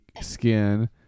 skin